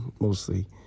mostly